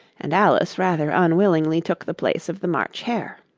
and alice rather unwillingly took the place of the march hare.